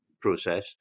process